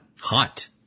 Hot